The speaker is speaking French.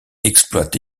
exploite